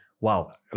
Wow